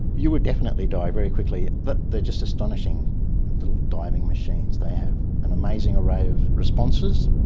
you would definitely die very quickly, but they're just astonishing little diving machines. they have an amazing array of responses.